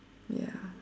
ya